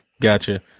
Gotcha